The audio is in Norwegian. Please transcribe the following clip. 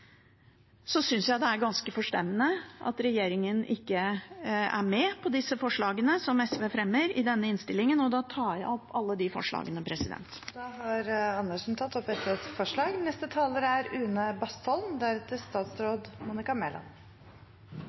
jeg det er ganske forstemmende at regjeringen ikke er med på forslagene som SV fremmer i denne innstillingen. Jeg tar opp alle de forslagene. Representanten Karin Andersen har tatt opp de forslagene hun refererte til. Skogene, fjellene, heiene, fjordene og skjærgården vår er